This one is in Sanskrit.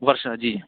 वर्षा जी